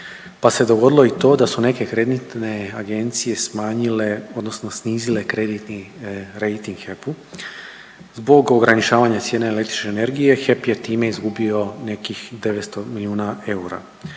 pa se dogodilo i to da su neke kreditne agencije smanjile, odnosno snizile kreditni rejting HEP-u. Zbog ograničavanja cijene električne energije HEP je time izgubio nekih 900 milijuna eura.